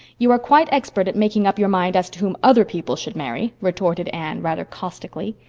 you are quite expert at making up your mind as to whom other people should marry, retorted anne, rather caustically.